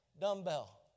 dumbbell